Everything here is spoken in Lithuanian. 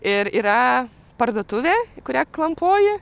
ir yra parduotuvė į kurią klampoji